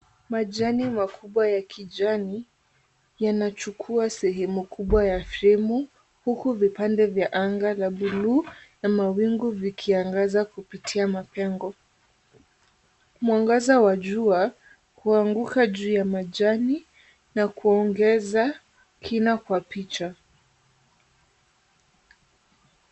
Majani makubwa ya kijani yanachukua sehemu kubwa ya fremu huku vipande vya anga vya bluu na mawingu vikiangaza kupitia mapengo. Mwangaza wa jua huanguka juu ya majani na kuongeza kina kwa picha.